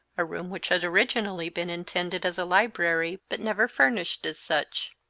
a room which had originally been intended as a library, but never furnished as such.